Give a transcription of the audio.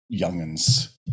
youngins